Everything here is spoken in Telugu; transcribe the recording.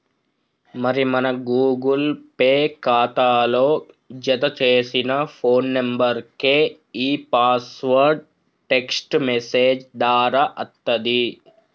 మరి మన గూగుల్ పే ఖాతాలో జతచేసిన ఫోన్ నెంబర్కే ఈ పాస్వర్డ్ టెక్స్ట్ మెసేజ్ దారా అత్తది